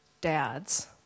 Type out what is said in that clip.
dads